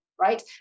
right